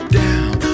down